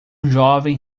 jovem